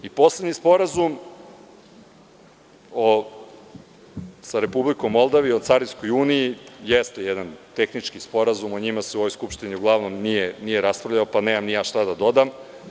Poslednji Sporazum sa Republikom Moldavijom o carinskoj uniji jeste jedan tehnički sporazum, o njemu se u ovoj Skupštini uglavnom nije raspravljalo, pa nemam ni ja šta da dodam.